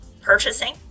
purchasing